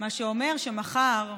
מה שאומר שמחר,